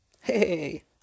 Hey